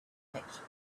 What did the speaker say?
protection